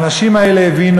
האנשים האלה הבינו